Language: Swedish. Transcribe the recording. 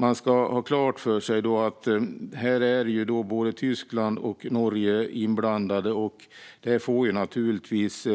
Man ska ha klart för sig att här är både Tyskland och Norge inblandade, och det får naturligtvis